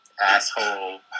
Asshole